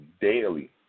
daily